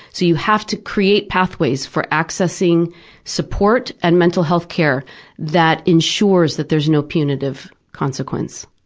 so you have to create pathways for accessing support and mental health care that ensures that there's no punitive consequence.